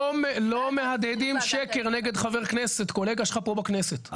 לא מהדהדים שקר נגד חבר כנסת, קולגה שלך פה בכנסת.